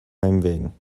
nijmegen